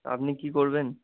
আপনি কী করবেন